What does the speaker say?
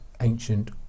ancient